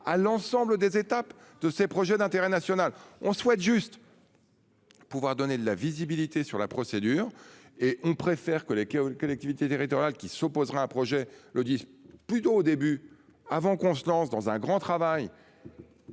à l'ensemble des étapes de ces projets d'intérêt national. On souhaite juste. Pouvoir donner de la visibilité sur la procédure et on préfère que les collectivités territoriales qui s'opposera un projet le plutôt au début avant qu'on se lance dans un grand travail.